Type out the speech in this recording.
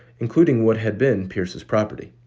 including what had been pierce's property.